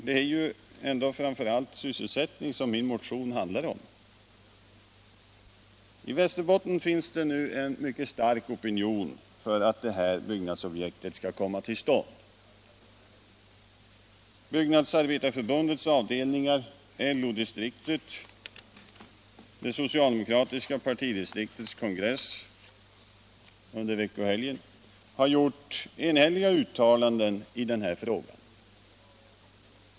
Det är ju ändå framför allt sysselsättningen som min motion handlar om. I Västerbotten finns det nu en mycket stark opinion för att det här byggnadsobjektet skall komma till stånd. Byggnadsarbetareförbundets avdelningar där, LO-distriktet och det socialdemokratiska partidistriktets kongress under veckohelgen har gjort enhälliga uttalanden i denna fråga.